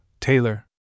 Taylor